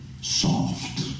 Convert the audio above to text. soft